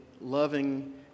loving